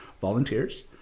volunteers